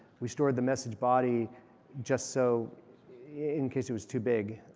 we stored the message body just so in case it was too big.